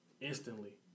Instantly